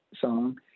song